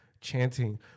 chanting